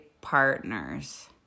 partners